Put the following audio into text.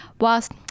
whilst